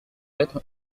être